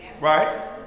Right